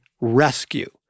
Rescue